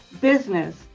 business